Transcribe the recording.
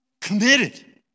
committed